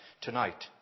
tonight